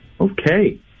okay